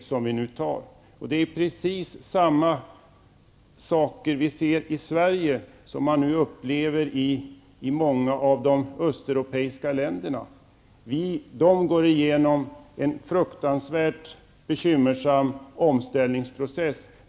De som vi nu ser i Sverige är precis samma sak som man ser i de östeuropeiska länderna. De går igenom en fruktansvärt bekymmersam omställningsprocess.